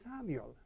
Samuel